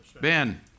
Ben